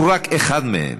הוא רק אחד מהם.